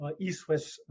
East-West